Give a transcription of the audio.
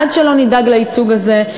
עד שלא נדאג לייצוג הזה,